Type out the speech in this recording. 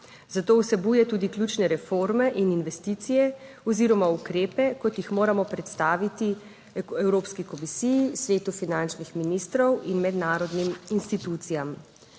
zato vsebuje tudi ključne reforme in investicije oziroma ukrepe, kot jih moramo predstaviti Evropski komisiji, Svetu finančnih ministrov in mednarodnim institucijam.